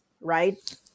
right